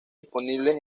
disponibles